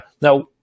now